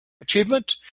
achievement